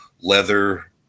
leather